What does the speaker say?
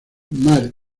mar